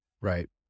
Right